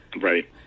Right